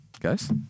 guys